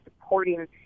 supporting